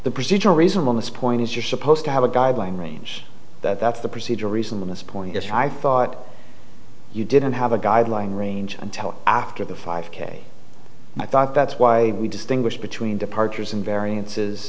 the procedural reason on this point is you're supposed to have a guideline range that's the procedural reason this point if i thought you didn't have a guideline range until after the five k i thought that's why we distinguish between departures and variances